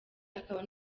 akaba